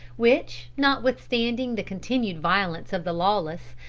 which notwithstanding the continued violence of the lawless,